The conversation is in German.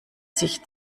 sich